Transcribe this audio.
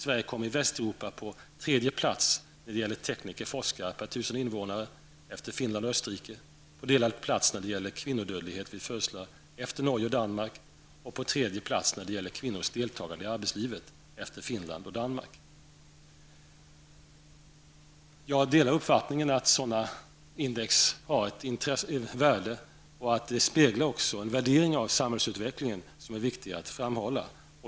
Vi kommer i Västeuropa på tredje plats när det gäller tekniker och forskare per 1 000 invånare efter Finland och Österrike och delad tredje plats när det gäller kvinnodöd vid födslar efter Norge och Danmark och på tredje plats när det gäller kvinnornas deltagande i arbetslivet efter Finland och Jag delar uppfattningen att sådana index har ett värde och också speglar en värdering i samhället, som det är viktigt att framhålla.